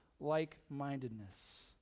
like-mindedness